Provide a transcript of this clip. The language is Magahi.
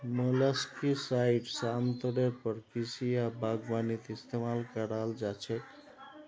मोलस्किसाइड्स आमतौरेर पर कृषि या बागवानीत इस्तमाल कराल जा छेक